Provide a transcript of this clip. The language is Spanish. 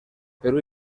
perú